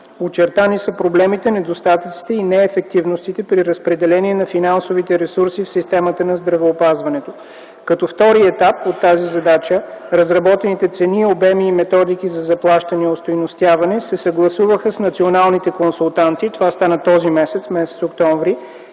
Очертани са проблемите, недостатъците и неефективностите при разпределение на финансовите ресурси в системата на здравеопазването. Като втори етап от тази задача, разработените цени, обеми и методики за заплащане и остойностяване се съгласуваха с националните консултанти - това стана през този месец, м. октомври,